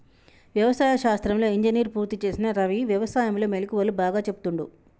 వ్యవసాయ శాస్త్రంలో ఇంజనీర్ పూర్తి చేసిన రవి వ్యసాయం లో మెళుకువలు బాగా చెపుతుండు